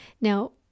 Now